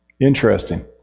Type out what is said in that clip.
interesting